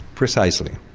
precisely.